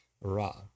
ra